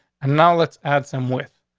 and now let's add some with.